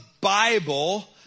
Bible